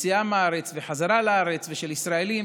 ויציאה מהארץ וחזרה לארץ של ישראלים,